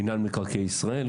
מנהל מקרקעי ישראל,